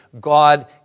God